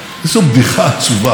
איזו בדיחה עצובה.